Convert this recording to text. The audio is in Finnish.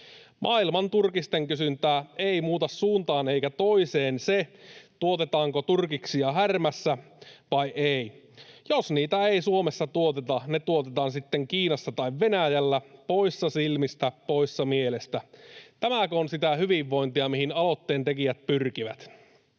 Maailman turkisten kysyntää ei muuta suuntaan eikä toiseen se, tuotetaanko turkiksia Härmässä vai ei. Jos niitä ei Suomessa tuoteta, ne tuotetaan sitten Kiinassa tai Venäjällä, poissa silmistä, poissa mielestä. Tämäkö on sitä hyvinvointia, mihin aloitteen tekijät pyrkivät?